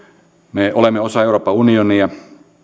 me olemme osa euroopan unionia